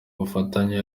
bufatanye